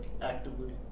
actively